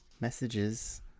messages